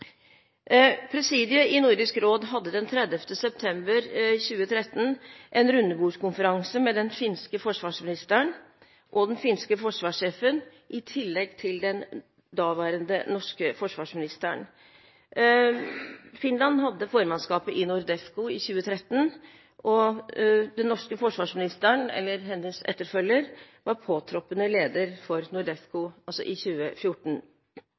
Presidiet i Nordisk råd hadde den 30. september 2013 en rundebordskonferanse med den finske forsvarsministeren og den finske forsvarssjefen i tillegg til den daværende norske forsvarsministeren. Finland hadde formannskapet i NORDEFCO i 2013, og den norske forsvarsministerens etterfølger var påtroppende leder for NORDEFCO, altså i 2014.